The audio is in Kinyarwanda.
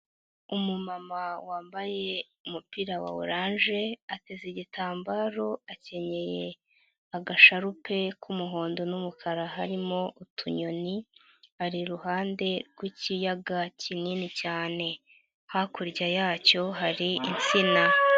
Umumama wambaye umupira wa oranje ateze igitambaro akenyeye agasharupe k'umuhondo n'umukara harimo utunyoni, ari iruhande rw'ikiyaga kinini cyane, hakurya yacyo hari insina.